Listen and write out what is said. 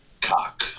Cock